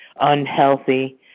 unhealthy